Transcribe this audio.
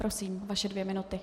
Prosím, vaše dvě minuty.